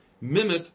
mimic